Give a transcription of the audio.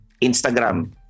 Instagram